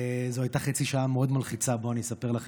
זו הייתה חצי שעה מאוד מלחיצה, בואו אני אספר לכם,